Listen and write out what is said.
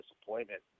disappointment